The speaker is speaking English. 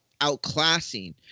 outclassing